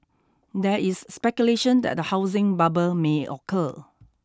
there is speculation that a housing bubble may occur